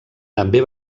també